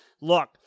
look